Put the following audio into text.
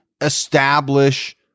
establish